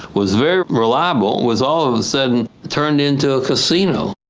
was very reliable, was all of a sudden turned into a casino.